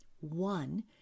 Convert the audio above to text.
One